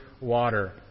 water